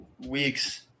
weeks